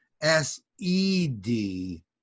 S-E-D